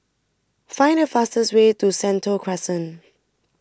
find the fastest way to Sentul Crescent